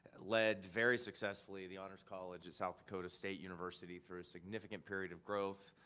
led very successfully the honors college of south dakota state university for a significant period of growth.